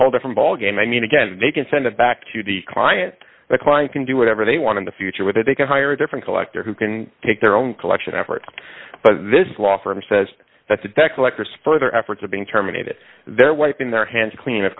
whole different ballgame i mean again they can send it back to the client the client can do whatever they want in the future whether they can hire a different collector who can take their own collection efforts but this law firm says that the deck lectors further efforts are being terminated they're wiping their hands clean of